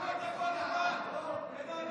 תנהלו את הכול לבד, רמאים,